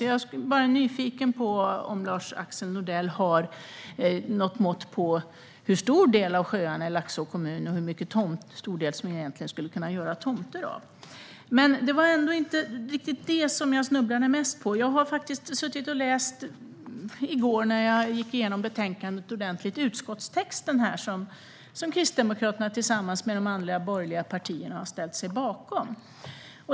Jag är nyfiken på om Lars-Axel Nordell har något mått på hur stor del av marken runt sjöarna i Laxå kommun man skulle kunna göra tomter av. Men det var inte riktigt det jag snubblade mest på. I går när jag gick igenom betänkandet ordentligt läste jag utskottstexten, som Kristdemokraterna tillsammans med de andra borgerliga partierna har ställt sig bakom.